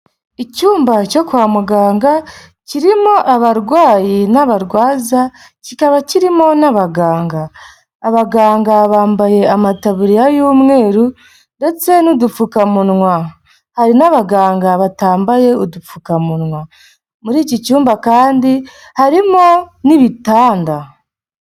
Icyumba cyo kwa muganga kirimo abarwayi n'abarwaza kikaba kirimo n'abaganga abaganga bambaye amataburiya y'umweru ndetse n'udupfukamunwa hari n'abaganga batambaye udupfukamunwa muri iki cyumba kandi harimo n'ibitanda.